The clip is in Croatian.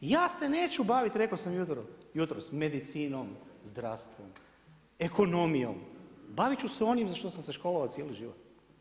Ja se neću baviti, rekao sam jutros medicinom, zdravstvom, ekonomijom, baviti ću se onime za što sam se školovao cijeli život.